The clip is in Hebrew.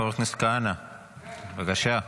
חבר הכנסת כהנא, בבקשה.